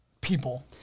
people